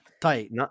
tight